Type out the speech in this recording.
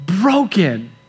broken